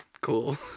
cool